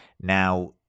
Now